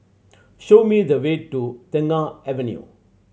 show me the way to Tengah Avenue